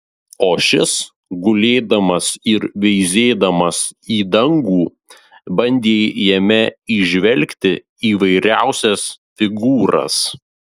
o šis gulėdamas ir veizėdamas į dangų bandė jame įžvelgti įvairiausias figūras